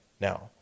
now